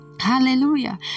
Hallelujah